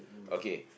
okay